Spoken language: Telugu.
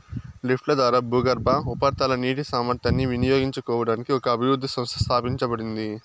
లిఫ్ట్ల ద్వారా భూగర్భ, ఉపరితల నీటి సామర్థ్యాన్ని వినియోగించుకోవడానికి ఒక అభివృద్ధి సంస్థ స్థాపించబడింది